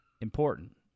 important